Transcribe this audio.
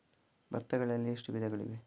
ಭತ್ತಗಳಲ್ಲಿ ಎಷ್ಟು ವಿಧಗಳಿವೆ?